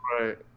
Right